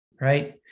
right